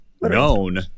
known